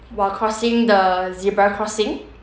while crossing the zebra crossing